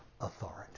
authority